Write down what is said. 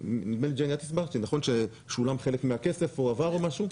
נדמה לי ג'ני את הסברת שנכון ששולם חלק מהכסף או הועבר או משהו?